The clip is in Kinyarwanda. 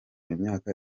imyaka